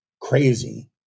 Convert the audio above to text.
crazy